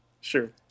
Sure